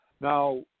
Now